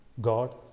God